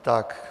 Tak.